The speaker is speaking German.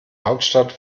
hauptstadt